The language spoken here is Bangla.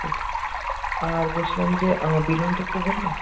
ঠিক আছে আর বলছিলাম যে আমার বিলিংটা একটু বলবেন